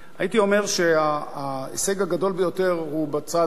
הייתי אומר שההישג הגדול ביותר הוא בצד,